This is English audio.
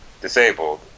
disabled